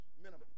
minimum